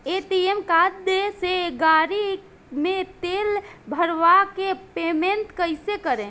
ATM card से गाड़ी मे तेल भरवा के पेमेंट कैसे करेम?